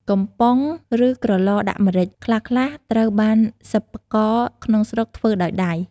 កំប៉ុង ឬ ក្រឡដាក់ម្រេចខ្លះៗ ត្រូវបានសិប្បករក្នុងស្រុកធ្វើដោយដៃ។